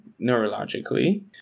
neurologically